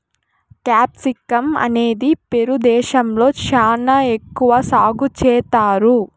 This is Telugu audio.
క్యాప్సికమ్ అనేది పెరు దేశంలో శ్యానా ఎక్కువ సాగు చేత్తారు